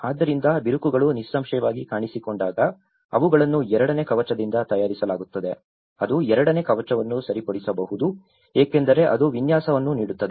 ಆದ್ದರಿಂದ ಬಿರುಕುಗಳು ನಿಸ್ಸಂಶಯವಾಗಿ ಕಾಣಿಸಿಕೊಂಡಾಗ ಅವುಗಳನ್ನು ಎರಡನೇ ಕವಚದಿಂದ ತಯಾರಿಸಲಾಗುತ್ತದೆ ಅದು ಎರಡನೇ ಕವಚವನ್ನು ಸರಿಪಡಿಸಬಹುದು ಏಕೆಂದರೆ ಅದು ವಿನ್ಯಾಸವನ್ನು ನೀಡುತ್ತದೆ